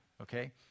okay